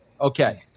Okay